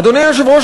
אדוני היושב-ראש,